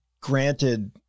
granted